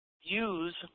use